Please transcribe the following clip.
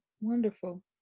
wonderful